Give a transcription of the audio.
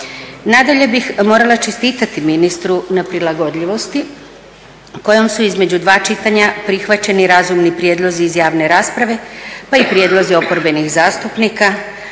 Nadalje bih morala čestitati ministru na prilagodljivosti kojom su između dva čitanja prihvaćeni razumni prijedlozi iz javne rasprave pa i prijedlozi oporbenih zastupnika,